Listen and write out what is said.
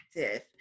active